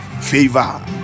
favor